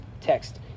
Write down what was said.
text